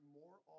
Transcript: more